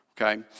okay